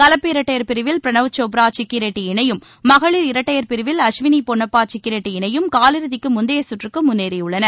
கலப்பு இரட்டையர் பிரிவில் பிரனவ் சோப்ரா சிக்கி ரெட்டி இணையும் மகளிர் இரட்டையர் பிரிவில் அஸ்விளி பொன்னப்பா சிக்கி ரெட்டி இணையும் காலிறுதிக்கு முந்தைய கற்றுக்கு முன்னேறியுள்ளன